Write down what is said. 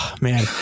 Man